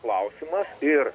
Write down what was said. klausimas ir